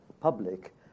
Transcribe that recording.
public